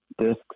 discs